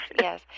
yes